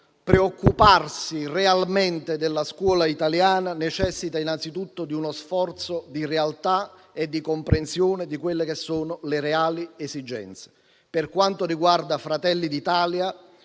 preoccuparsi realmente della scuola italiana necessita anzitutto di uno sforzo di comprensione delle reali esigenze. Per quanto riguarda Fratelli d'Italia,